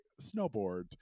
snowboard